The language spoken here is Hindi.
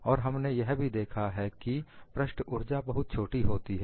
और हमने यह भी देखा है कि पृष्ठ ऊर्जा बहुत ही छोटी होती है